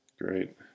great